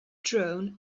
drone